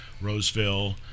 roseville